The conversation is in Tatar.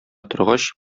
торгач